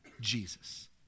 Jesus